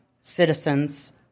Citizens